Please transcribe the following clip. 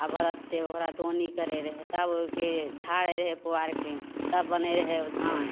आ बड़द से ओकरा दौनी करै रहै तबके झाड़ रहै पुआरके तब बनै रहै ओ धान